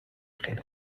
خیلی